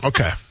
Okay